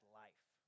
life